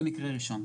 זה מקרה ראשון.